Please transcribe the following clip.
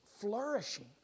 flourishing